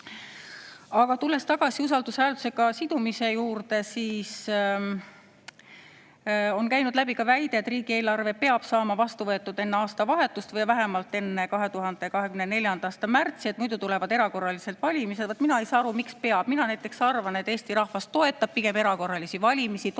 Aga tulles tagasi usaldushääletusega sidumise juurde. Läbi on käinud ka väide, et riigieelarve peab saama vastu võetud enne aastavahetust või vähemalt enne 2024. aasta märtsi, sest muidu tulevad erakorralised valimised. Mina ei saa aru, miks peab. Mina näiteks arvan, et Eesti rahvas toetab pigem erakorralisi valimisi, toetus